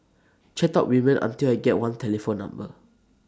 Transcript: chat up women until I get one telephone number